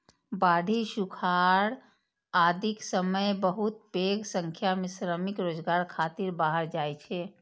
बाढ़ि, सुखाड़ आदिक समय बहुत पैघ संख्या मे श्रमिक रोजगार खातिर बाहर जाइ छै